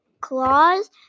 claws